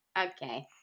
okay